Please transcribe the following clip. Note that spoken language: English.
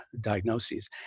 diagnoses